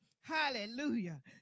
Hallelujah